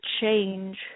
change